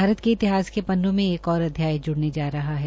भारत के इतिहास के पन्नों में एक और अध्याय जुड़ने जा रहा है